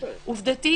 עובדתית,